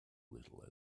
little